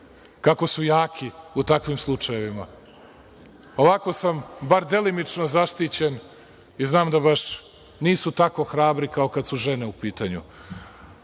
kako su jaki u takvim slučajevima. Ovako sam bar delimično zaštićen i znam da nisu baš tako hrabri kao kada su žene u pitanju. Imam